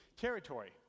territory